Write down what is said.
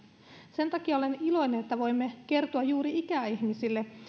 sen takia olen iloinen että voimme kertoa juuri ikäihmisille